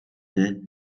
дээ